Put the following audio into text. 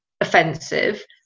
offensive